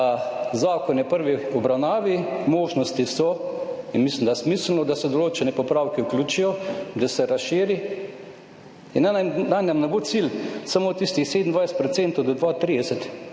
zakon je v prvi obravnavi, možnosti so in mislim, da je smiselno, da se določeni popravki vključijo, da se razširi. Naj nam ne bo cilj samo tistih 27 % do